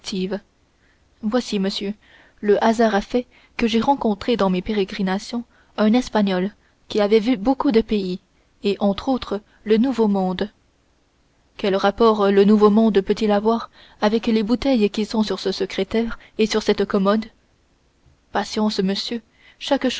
voici monsieur le hasard a fait que j'ai rencontré dans mes pérégrinations un espagnol qui avait vu beaucoup de pays et entre autres le nouveau monde quel rapport le nouveau monde peut-il avoir avec les bouteilles qui sont sur ce secrétaire et sur cette commode patience monsieur